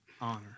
honor